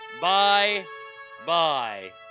bye-bye